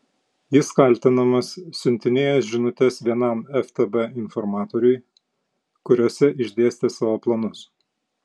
jis kaltinamas siuntinėjęs žinutes vienam ftb informatoriui kuriose išdėstė savo planus